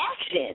action